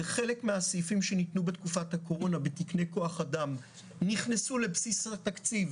וחלק מהסעיפים שניתנו בתקופת הקורונה בתקני כוח אדם נכנסו לבסיס התקציב